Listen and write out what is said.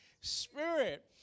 Spirit